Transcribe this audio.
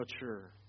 mature